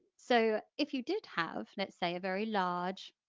so if you did have, let's say, a very large,